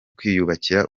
kwiyubakira